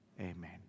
Amen